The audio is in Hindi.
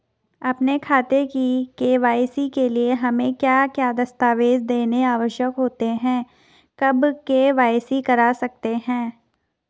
अपने खाते की के.वाई.सी के लिए हमें क्या क्या दस्तावेज़ देने आवश्यक होते हैं कब के.वाई.सी करा सकते हैं?